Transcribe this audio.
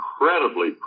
incredibly